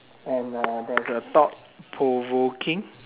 and uh there's a thought-provoking